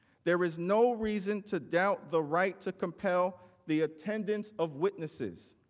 there is no reason to doubt the right to compel the attendance of witnesses.